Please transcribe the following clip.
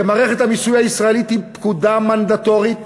כי מערכת המיסוי הישראלית היא פקודה מנדטורית,